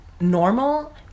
normal